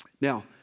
Now